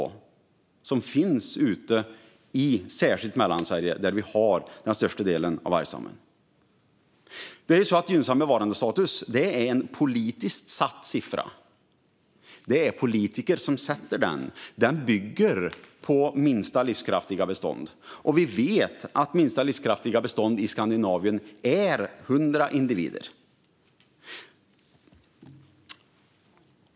De kommer från människor särskilt i Mellansverige där vi har den största delen av vargstammen. Gynnsam bevarandestatus är en politiskt satt siffra. Det är politiker som sätter den. Den bygger på minsta livskraftiga bestånd. Och vi vet att minsta livskraftiga bestånd i Skandinavien är 100 individer.